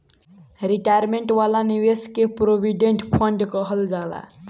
retirement वाला निवेश के प्रोविडेंट फण्ड कहल जाला